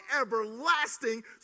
everlasting